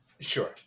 Sure